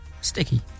Sticky